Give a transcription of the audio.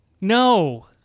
No